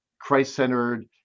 Christ-centered